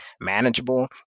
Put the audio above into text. manageable